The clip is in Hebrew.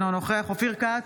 אינו נוכח אופיר כץ,